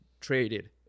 traded